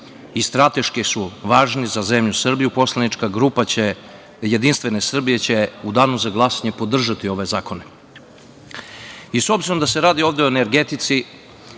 i strateški su važni za zemlju Srbiju, poslanička grupa Jedinstvene Srbije će u danu za glasanje podržati ove zakone. Takođe, s obzirom da se ovde radi o energetici,